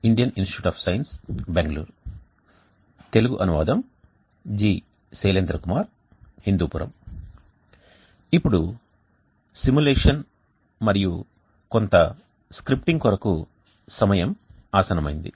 ఇప్పుడు సిములేషన్ మరియు కొంత స్క్రిప్టింగ్ కొరకు సమయం ఆసన్నమైనది